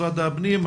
משרד הפנים,